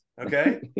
Okay